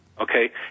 okay